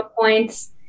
points